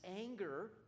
anger